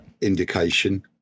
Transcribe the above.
Indication